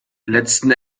letzten